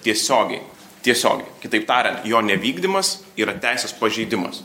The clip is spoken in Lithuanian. tiesiogiai tiesiogiai kitaip tariant jo nevykdymas yra teisės pažeidimas